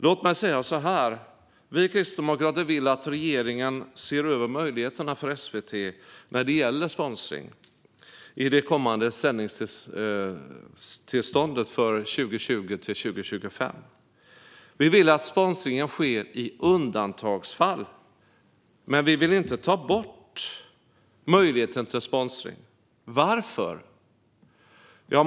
Låt mig säga så här: Vi kristdemokrater vill att regeringen ser över möjligheterna för SVT när det gäller sponsring i det kommande sändningstillståndet för 2020-2025. Vi vill att sponsringen sker i undantagsfall. Vi vill dock inte ta bort möjligheten till sponsring. Varför?